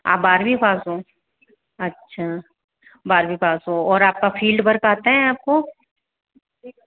आप बारहवी पास हो अच्छा बारहवी पास हो और आपका फील्ड वर्क आता है आपको